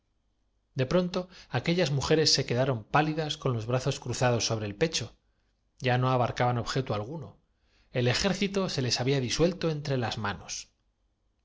de pronto aquellas mujeres se quedaron pálidas con los brazos cruzados sobre el pecho ya no abarcaban veinticinco primaveras los cuatro lustros desandados en el tiempo desde la salida de parís los habían redu objeto alguno el ejército se les había disuelto entre las manos